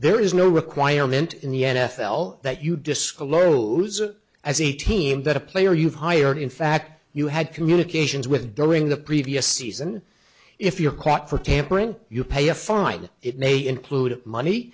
there is no requirement in the n f l that you disclose it as a team that a player you've hired in fact you had communications with during the previous season if you're caught for tampering you pay a fine it may include money